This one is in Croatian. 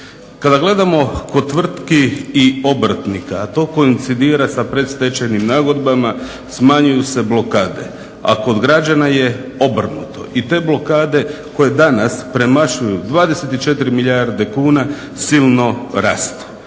Kada gledamo kod tvrtki i obrtnika, a to koincidira sa predstečajnim nagodbama smanjuju se blokade, a kod građana je obrnuto i te blokade koje danas premašuju 24 milijarde kuna silno rastu.